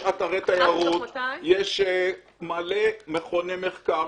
יש אתרי תיירות, יש מלא מכוני מחקר.